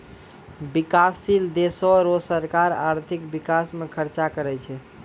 बिकाससील देसो रो सरकार आर्थिक बिकास म खर्च करै छै